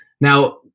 Now